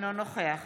אינו נוכח